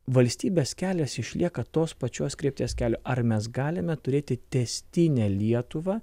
valstybės kelias išlieka tos pačios krypties kelio ar mes galime turėti tęstinę lietuvą